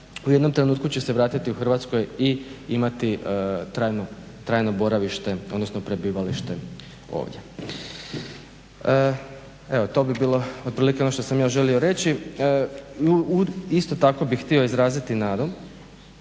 u jednom trenutku će se vratiti u Hrvatsku i imati trajno boravište odnosno prebivalište ovdje. Evo to bi bilo otprilike ono što sam ja želio reći. Isto tako bih htio izraziti nadu